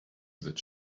that